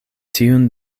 tiun